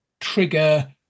trigger